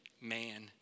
man